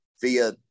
via